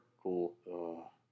Cool